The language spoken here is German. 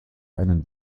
einen